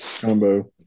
combo